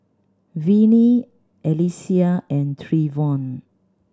Vinnie Alexia and Trevon